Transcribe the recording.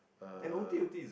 and o_t_o_t